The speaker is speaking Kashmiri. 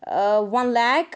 ٲں وَن لیک